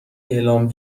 اعلام